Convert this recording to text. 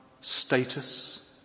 status